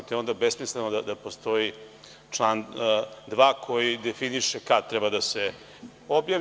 Onda je besmisleno da postoji član 2. koji definiše kad treba da se objavi.